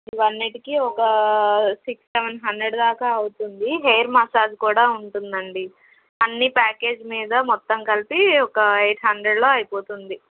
ఇవి అన్నింటికి ఒక సిక్స్ సెవెన్ హండ్రెడ్ దాకా అవుతుంది హెయిర్ మసాజ్ కూడా ఉంటుండి అండి అన్నీ ప్యాకేజ్ మీద మొత్తం కలిపి ఒక ఎయిట్ హండ్రెడ్లో అయిపోతుంది